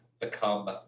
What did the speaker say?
become